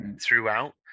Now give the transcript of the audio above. throughout